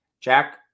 Jack